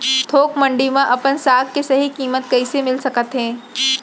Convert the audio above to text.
थोक मंडी में अपन साग के सही किम्मत कइसे मिलिस सकत हे?